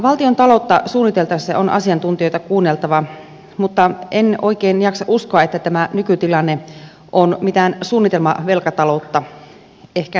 valtiontaloutta suunniteltaessa on asiantuntijoita kuunneltava mutta en oikein jaksa uskoa että tämä nykytilanne on mitään suunnitelmavelkataloutta ehkä näköalattomuutta enemmänkin